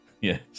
Yes